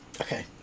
Okay